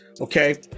okay